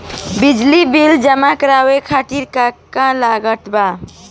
बिजली बिल जमा करावे खातिर का का लागत बा?